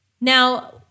Now